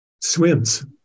swims